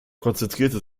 konzentrierte